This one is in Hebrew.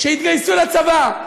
שיתגייסו לצבא.